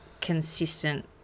consistent